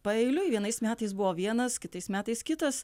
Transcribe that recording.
paeiliui vienais metais buvo vienas kitais metais kitas